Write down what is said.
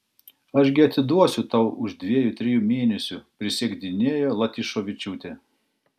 aš gi atiduosiu tau už dviejų trijų mėnesių prisiekdinėjo latyšovičiūtė